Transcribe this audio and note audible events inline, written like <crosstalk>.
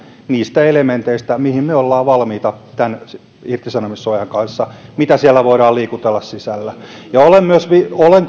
niistä elementeistä mihin me olemme valmiita tämän irtisanomissuojan kanssa mitä siellä voidaan liikutella sisällä olen <unintelligible>